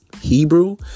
Hebrew